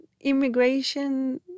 immigration